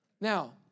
Now